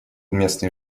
местный